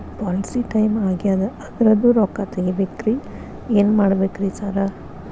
Policy time ಆಗ್ಯಾದ ಅದ್ರದು ರೊಕ್ಕ ತಗಬೇಕ್ರಿ ಏನ್ ಮಾಡ್ಬೇಕ್ ರಿ ಸಾರ್?